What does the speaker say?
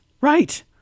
right